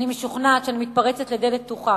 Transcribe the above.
אני משוכנעת שאני מתפרצת לדלת פתוחה,